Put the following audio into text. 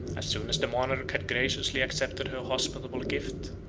as soon as the monarch had graciously accepted her hospitable gift,